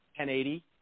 1080